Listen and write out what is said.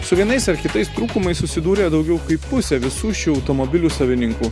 su vienais ar kitais trūkumais susidūrė daugiau kaip pusė visų šių automobilių savininkų